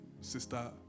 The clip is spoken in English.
Sister